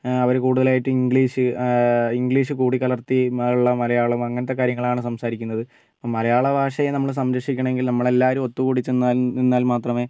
അവർ കൂടുതലായിട്ടും English English കൂടികലർത്തി ഉള്ള മലയാളം അങ്ങനത്തെ കാര്യങ്ങളാണ് സംസാരിക്കുന്നത് അപ്പം മലയാള ഭാഷയെ നമ്മൾ സംരക്ഷിക്കണമെങ്കിൽ നമ്മൾ എല്ലാവരും ഒത്തുകൂടി ചെന്നാൽ നിന്നാൽ മാത്രമേ